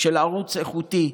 של ערוץ איכותי,